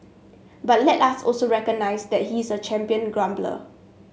but let us also recognise that he is a champion grumbler